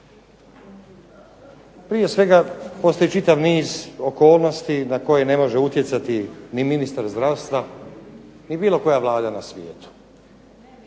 Prije svega, postoji čitav niz okolnosti na koje ne može utjecati ni ministar zdravstva ni bilo koja Vlada na svijetu.